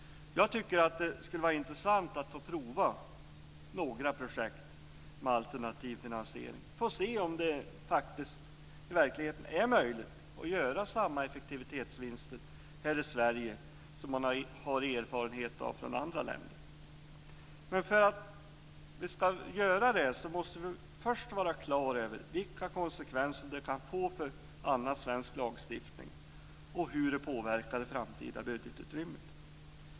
Jag tycker att det skulle vara intressant att få prova några projekt med alternativ finansiering för att se om det faktiskt i verkligheten är möjligt att göra samma effektivitetsvinster här i Sverige som man har erfarenhet av från andra länder. Men för att vi ska kunna göra det måste vi först vara klara över vilka konsekvenser det kan få för annan svensk lagstiftning och hur det påverkar det framtida budgetutrymmet.